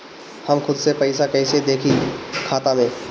हम खुद से पइसा कईसे देखी खाता में?